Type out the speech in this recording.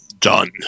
done